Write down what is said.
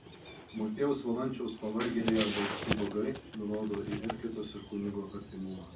motiejaus valančiaus pavargėliai arba ubagai nurodo į elgetos ir kunigo artimumą